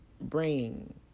bring